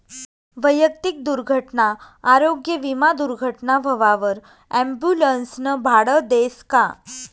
वैयक्तिक दुर्घटना आरोग्य विमा दुर्घटना व्हवावर ॲम्बुलन्सनं भाडं देस का?